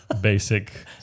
basic